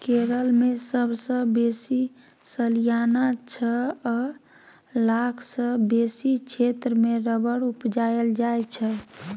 केरल मे सबसँ बेसी सलियाना छअ लाख सँ बेसी क्षेत्र मे रबर उपजाएल जाइ छै